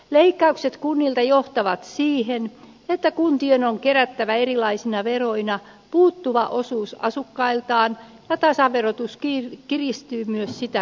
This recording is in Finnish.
leikkaukset kunnilta johtavat siihen että kuntien on kerättävä erilaisina veroina puuttuva osuus asukkailtaan ja tasaverotus kiristyy myös sitä kautta